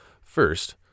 First